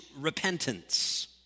repentance